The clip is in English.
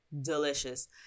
delicious